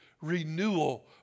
renewal